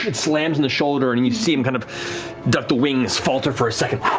and slams in the shoulder and and you see him kind of duck the wings, falter for a second,